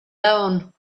loan